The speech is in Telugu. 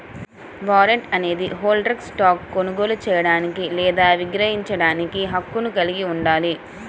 వారెంట్ అనేది హోల్డర్కు స్టాక్ను కొనుగోలు చేయడానికి లేదా విక్రయించడానికి హక్కును కలిగి ఉంటుంది